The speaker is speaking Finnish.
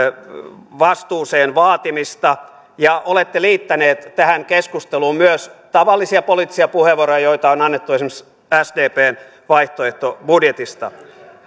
vastuuseen vaatimista ja olette liittäneet tähän keskusteluun myös tavallisia poliittisia puheenvuoroja joita on annettu esimerkiksi sdpn vaihtoehtobudjetista